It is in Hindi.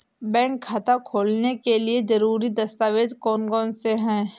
बैंक खाता खोलने के लिए ज़रूरी दस्तावेज़ कौन कौनसे हैं?